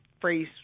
phrase